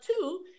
two